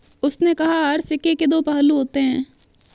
उसने कहा हर सिक्के के दो पहलू होते हैं